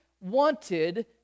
wanted